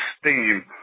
steam